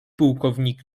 pułkownik